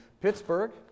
Pittsburgh